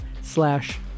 slash